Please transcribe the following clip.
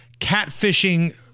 catfishing